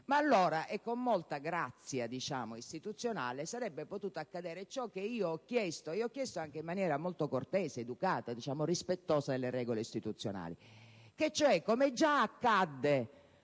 ma allora, con molta grazia istituzionale, sarebbe potuto accadere ciò che io ho chiesto, e ho chiesto anche in maniera molto cortese, educata, rispettosa delle regole istituzionali. Presidente,